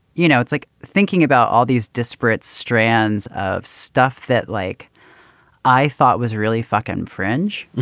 you know, it's like thinking about all these disparate strands of stuff that like i thought was really fucking fringe.